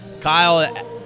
Kyle